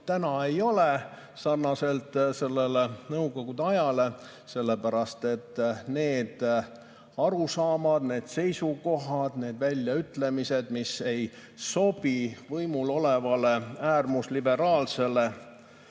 enam ei ole, sarnaselt nõukogude ajaga, sellepärast et need arusaamad, need seisukohad, need väljaütlemised, mis ei sobi võimul olevale äärmusliberaalsele